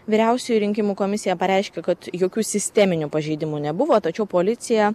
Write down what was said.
vyriausioji rinkimų komisija pareiškė kad jokių sisteminių pažeidimų nebuvo tačiau policija